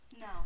No